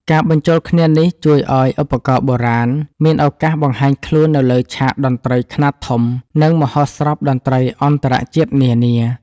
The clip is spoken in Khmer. ការបញ្ចូលគ្នានេះជួយឱ្យឧបករណ៍បុរាណមានឱកាសបង្ហាញខ្លួននៅលើឆាកតន្ត្រីខ្នាតធំ និងមហោស្រពតន្ត្រីអន្តរជាតិនានា។